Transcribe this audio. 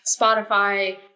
Spotify